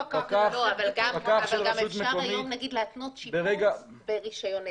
אבל אפשר היום גם להתנות שיפוץ ברישיון עסק.